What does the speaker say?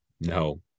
No